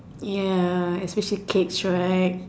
ya especially cakes right